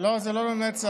זה לא לנצח.